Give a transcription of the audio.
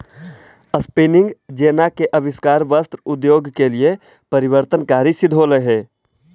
spinning jenny के आविष्कार वस्त्र उद्योग के लिए परिवर्तनकारी सिद्ध होले हई